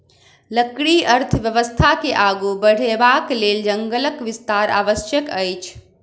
लकड़ी अर्थव्यवस्था के आगू बढ़यबाक लेल जंगलक विस्तार आवश्यक अछि